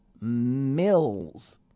Mills